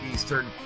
Eastern